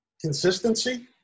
consistency